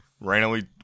randomly